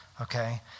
okay